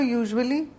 usually